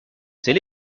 c’est